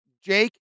Jake